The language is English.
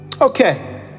Okay